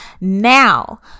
now